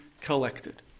collected